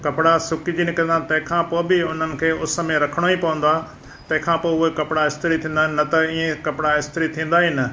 कपिड़ा सुकिजी निकिरंदा आहिनि तंहिंखां पोइ बि उन्हनि खे उस में रखिणो ई पवंदो आहे तंहिंखां पोइ उहे कपिड़ा स्त्री थींदा आहिनि न त इहे कपिड़ा स्त्री थींदा ई न